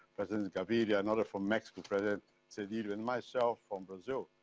president gaviria, another from mexico, president zedillo, and myself, from brazil.